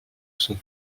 sont